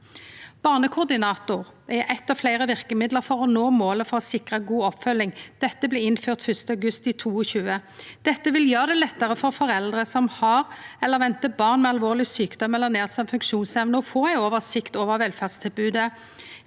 Barnekoordinator er eitt av fleire verkemiddel for å nå målet om å sikre god oppfølging. Dette blei innført 1. august 2022. Det vil gjere det lettare for foreldre som har eller ventar barn med alvorleg sjukdom eller nedsett funksjonsevne, å få ei oversikt over velferdstilbodet.